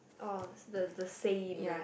oh the the saint nah